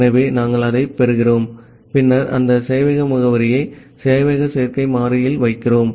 ஆகவே நாங்கள் அதைப் பெறுகிறோம் பின்னர் அந்த சேவையக முகவரியை இந்த சேவையக சேர்க்கை மாறியில் வைக்கிறோம்